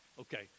Okay